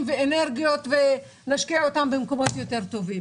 ואנרגיות אותן נשקיע במקומות יותר טובים.